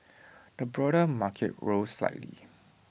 the broader market rose slightly